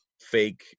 fake